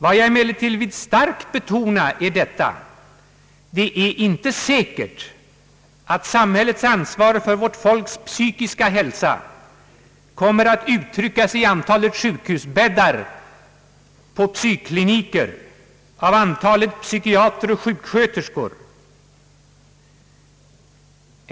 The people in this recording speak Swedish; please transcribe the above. Vad jag emellertid starkt vill betona är att det inte är säkert att samhällets ansvar för folks psykiska hälsa kommer att uttryckas i antalet sjukhusbäddar på psykkliniker, i antalet psykiatrer och sjuksköterskor.